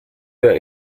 der